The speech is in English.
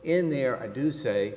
in there i do say